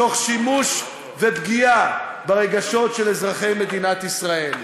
תוך שימוש ופגיעה ברגשות של אזרחי מדינת ישראל.